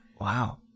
Wow